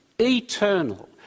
eternal